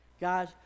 Guys